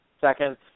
second